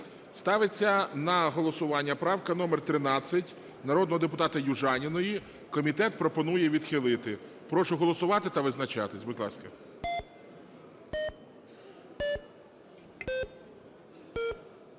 Ставиться на голосування правка номер 13 народного депутата Южаніної. Комітет пропонує відхилити. Прошу голосувати та визначатись, будь ласка.